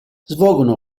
svolgono